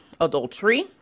adultery